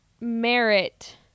merit